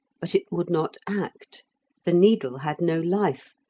but it would not act the needle had no life,